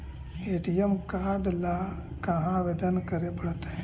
ATM card ल कहा आवेदन करे पड़तै?